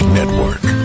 Network